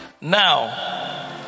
Now